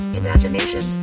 imagination